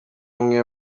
umwe